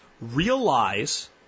realize